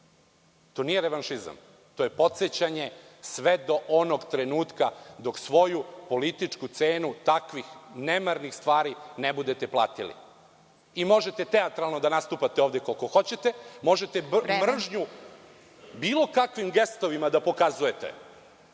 To nije revanšizam, to je podsećanje sve do onog trenutka dok svoju političku cenu takvih nemarnih stvari ne budete platili. Možete teatralno da nastupate ovde koliko hoćete. Možete mržnju bilo kakvim gestovima da pokazujete.